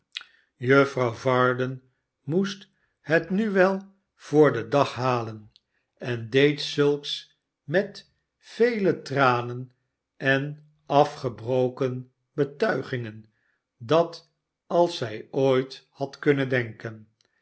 juffrouw varden moest het nu wel voor den dag halen en deed zulks varden verscheurt dien met vele tranen en afgebroken betuigingen dat als zij ooit had kunnen denken